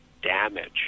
damage